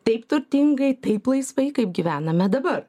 taip turtingai taip laisvai kaip gyvename dabar